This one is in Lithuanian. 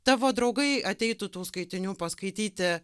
tavo draugai ateitų tų skaitinių paskaityti